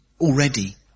already